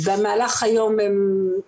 במהלך היום או